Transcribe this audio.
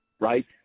right